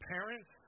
parents